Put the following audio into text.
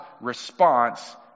response